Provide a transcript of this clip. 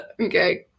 Okay